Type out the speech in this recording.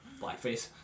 Blackface